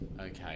Okay